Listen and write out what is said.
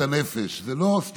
וגם קודם,